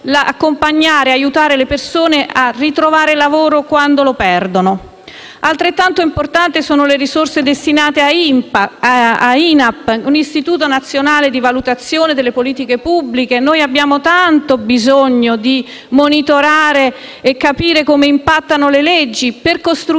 accompagnare e aiutare le persone a ritrovare il lavoro quando lo perdono. Altrettanto importanti sono le risorse destinate all'INAPP, l'Istituto nazionale per l'analisi delle politiche pubbliche. Noi abbiamo tanto bisogno di monitorare e capire come impattano le leggi per costruire